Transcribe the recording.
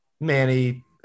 Manny –